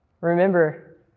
Remember